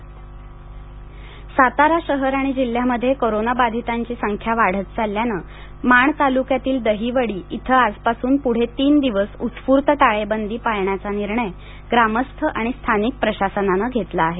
सातारा सातारा शहर आणि जिल्ह्यामध्ये कोरोनाबाधितांची संख्या वाढत चालल्याने माण तालुक्यातील दहिवडी इथं आजपासून पुढे तीन दिवस उस्फूर्त टाळेबंदी पाळण्याचा निर्णय ग्रामस्थ आणि स्थानिक प्रशासनानं घेतला आहे